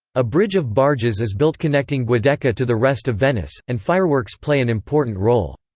a bridge of barges is built connecting giudecca to the rest of venice, and fireworks play an important role.